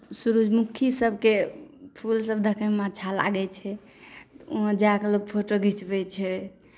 सूरजमुखी सबके फूल सब देखैमे अच्छा लागै छै वहाँ जाके लोक फोटो घीचबै छै